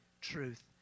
truth